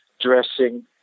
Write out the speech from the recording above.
dressing